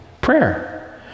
Prayer